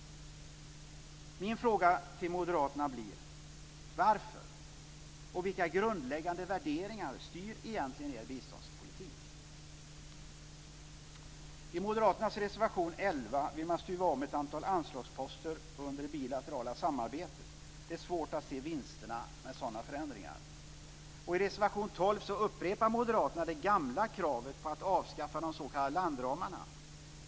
Min fråga till Moderaterna blir: Varför? Och vilka grundläggande värderingar styr egentligen er biståndspolitik? I Moderaternas reservation 11 vill man stuva om ett antal anslagsposter under det bilaterala samarbetet. Det är svårt att se vinsterna med sådana förändringar. Och i reservation 12 upprepar Moderaterna det gamla kravet på att avskaffa de s.k. landramarna.